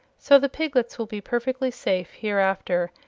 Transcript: so the piglets will be perfectly safe, hereafter,